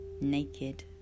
naked